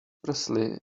presley